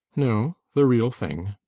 no the real thing.